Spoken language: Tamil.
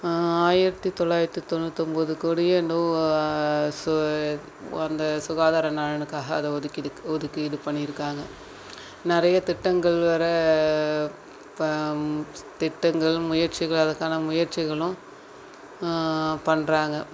ஆயிரத்தி தொள்ளாயிரத்தி தொண்ணூற்றி ஒம்பது கோடியே நூ சு அந்த சுகாதார நலனுக்காக அதை ஒதுக்கிடு ஒதுக்கீடு பண்ணியிருக்காங்க நிறைய திட்டங்கள் வேற திட்டங்கள் முயற்சிகள் அதற்கான முயற்சிகளும் பண்ணுறாங்க